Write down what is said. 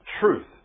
Truth